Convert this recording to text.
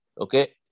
Okay